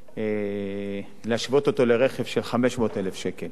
ואי-אפשר להשוות אותו לרכב של 500,000 שקל.